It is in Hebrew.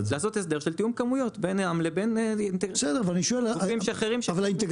לעשות הסדר של תיאום כמויות בינם לבין גופים אחרים.